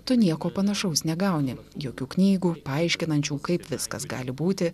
tu nieko panašaus negauni jokių knygų paaiškinančių kaip viskas gali būti